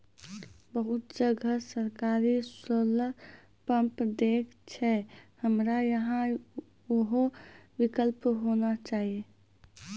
बहुत जगह सरकारे सोलर पम्प देय छैय, हमरा यहाँ उहो विकल्प होना चाहिए?